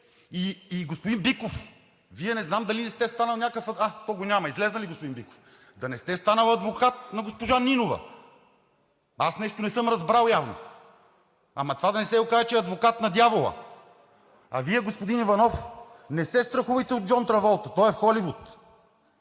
И господин Биков, Вие не знам дали не сте станал… А него го няма?! Излезе ли господин Биков? Да не сте станал адвокат на госпожа Нинова? Аз нещо не съм разбрал явно?! Ама това да не се окаже, че сте адвокат на дявола! А Вие, господин Иванов, не се страхувайте от Джон Траволта, той е в Холивуд.